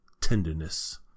tenderness